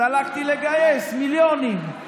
אז הלכתי לגייס מיליונים,